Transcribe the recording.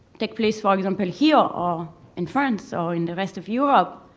takes place, for example, here, or in france, or in the rest of europe,